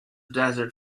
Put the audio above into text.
desert